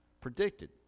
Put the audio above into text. predicted